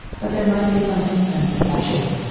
but there might be some imprint of that sure,